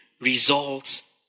results